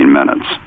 minutes